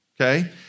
Okay